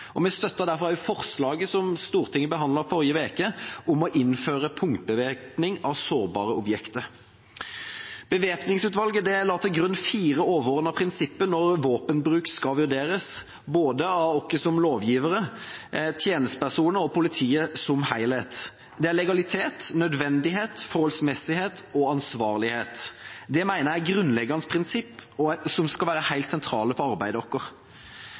Vi støttet derfor forslaget som Stortinget behandlet i forrige uke, om å innføre punktbevæpning ved sårbare objekter. Bevæpningsutvalget la til grunn fire overordnede prinsipper når våpenbruk skal vurderes av både oss som lovgivere, tjenestepersoner og politiet som helhet: legalitet, nødvendighet, forholdsmessighet og ansvarlighet. Det mener jeg er grunnleggende prinsipper, som skal være helt sentrale for arbeidet